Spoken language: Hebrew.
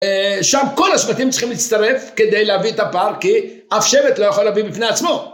שם כל השבטים צריכים להצטרף כדי להביא את הפר, כי אף שבט לא יכול להביא מפני עצמו.